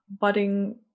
budding